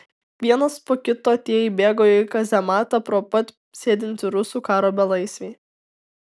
vienas po kito tie įbėgo į kazematą pro pat sėdintį rusų karo belaisvį